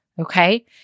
okay